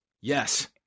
Yes